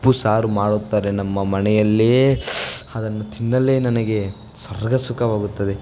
ಉಪ್ಪು ಸಾರು ಮಾಡುತ್ತಾರೆ ನಮ್ಮ ಮನೆಯಲ್ಲಿಯೇ ಅದನ್ನು ತಿನ್ನಲೇ ನನಗೆ ಸ್ವರ್ಗ ಸುಖವಾಗುತ್ತದೆ